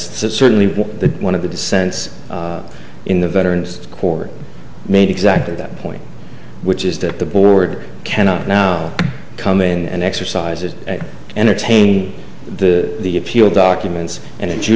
certainly the one of the dissents in the veterans court made exactly that point which is that the board cannot now come in and exercise it entertain the the appeal documents and